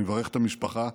אני מברך את המשפחה,